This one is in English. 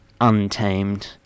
untamed